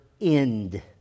end